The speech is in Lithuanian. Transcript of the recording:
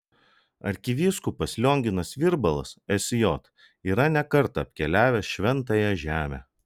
arkivyskupas lionginas virbalas sj yra ne kartą apkeliavęs šventąją žemę